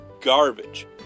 garbage